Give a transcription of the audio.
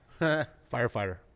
Firefighter